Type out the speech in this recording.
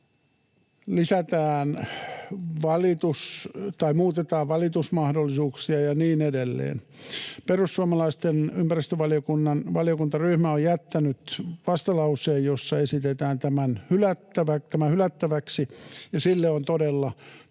sitten myös muutetaan valitusmahdollisuuksia ja niin edelleen. Perussuomalaisten ympäristövaliokunnan valiokuntaryhmä on jättänyt vastalauseen, jossa tämä esitetään hylättäväksi, ja sille on todella